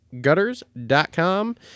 gutters.com